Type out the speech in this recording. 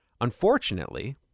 Unfortunately